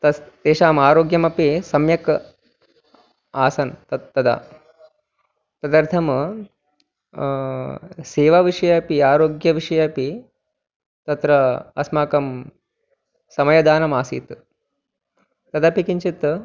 तस्य एषाम् आरोग्यमपि सम्यक् आसन् तत् तदा तदर्थं सेवाविषये अपि आरोग्यविषये अपि तत्र अस्माकं समयदानमासीत् तदपि किञ्चित्